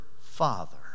father